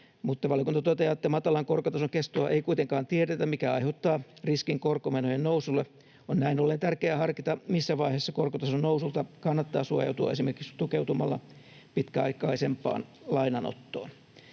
mutta valiokunta toteaa, että matalan korkotason kestoa ei kuitenkaan tiedetä, mikä aiheuttaa riskin korkomenojen nousulle. On näin ollen tärkeää harkita, missä vaiheessa korkotason nousulta kannattaa suojautua esimerkiksi tukeutumalla pitkäaikaisempaan lainanottoon.